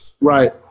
right